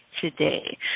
today